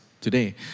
today